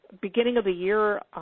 beginning-of-the-year